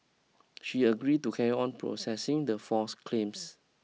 she agreed to carry on processing the false claims